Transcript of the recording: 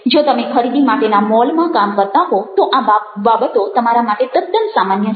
જો તમે ખરીદી માટેના મોલમાં કામ કરતા હો તો આ બધી બાબતો તમારા માટે તદ્દન સામાન્ય છે